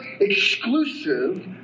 exclusive